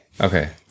okay